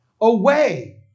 away